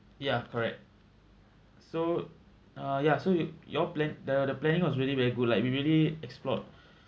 ya correct so uh ya so you your plan the the planning was really very good like we really explored